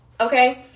okay